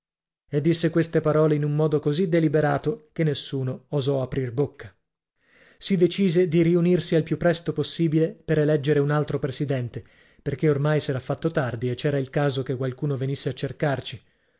e disse queste parole in un modo così deliberato che nessuno osò aprir bocca si decise di riunirsi al più presto possibile per eleggere un altro presidente perché ormai s'era fatto tardi e cera il caso che qualcuno venisse a cercarci